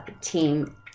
Team